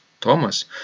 Thomas